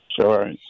sure